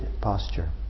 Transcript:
posture